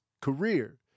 career